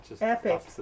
epic